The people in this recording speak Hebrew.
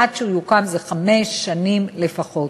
עד שהוא יוקם יעברו חמש שנים לפחות.